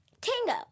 tango